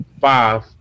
five